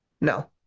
no